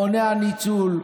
מונע ניצול,